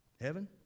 Heaven